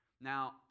Now